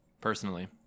personally